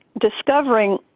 discovering